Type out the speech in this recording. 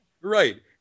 Right